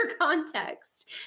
context